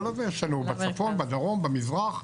בצפון, בדרום, במזרח.